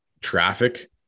traffic